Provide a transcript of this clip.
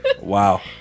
Wow